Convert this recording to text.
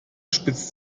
spitzt